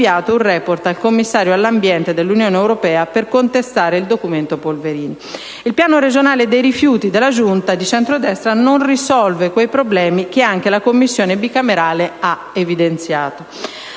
Il piano regionale dei rifiuti della giunta di centrodestra non risolve i problemi che anche la Commissione bicamerale ha evidenziato.